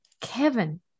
Kevin